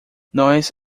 nós